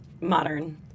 Modern